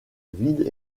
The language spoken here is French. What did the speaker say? vides